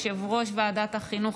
יושב-ראש ועדת החינוך,